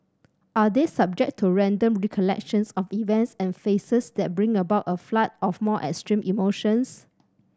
are they subject to random recollections of events and faces that bring about a flood of more extreme emotions